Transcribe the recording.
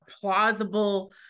plausible